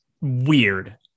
weird